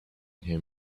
him